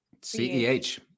ceh